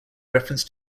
reference